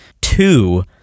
Two